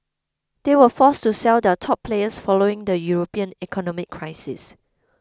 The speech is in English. they were forced to sell their top players following the European economic crisis